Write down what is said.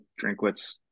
Drinkwitz